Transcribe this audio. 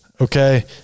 okay